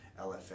LFA